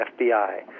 FBI